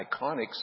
iconic